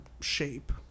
shape